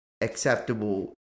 acceptable